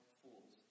fools